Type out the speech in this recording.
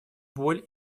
боль